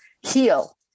heal